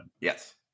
Yes